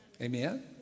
Amen